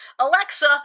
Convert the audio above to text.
Alexa